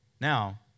Now